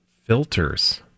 filters